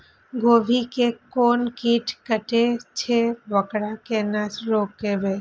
गोभी के कोन कीट कटे छे वकरा केना रोकबे?